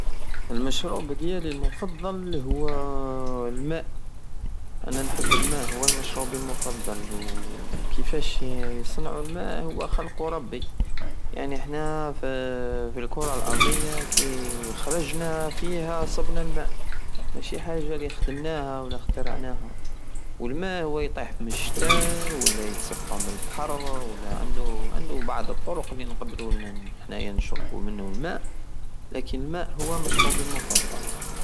المشروب ديالي المفضل هو الماء أنا نحب الماء هو مشروبي المفضل وكيفاش يصنعو الماء هو خلقو ربي يعني حنا ف- فالكرى الأرضية كي خرجنا فيها صبنا الماء ماشي حاجة الخدمناها ولا خترعناها والماء هو يطيح مالشتاء ولا يتصف مالبحر عندو- عندو بعض الطرق الي نقدرو حنيا نشربو بيها الماء ولكن الماء هو مشروبي المفضل